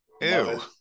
Ew